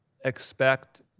expect